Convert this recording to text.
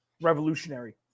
revolutionary